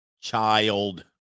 child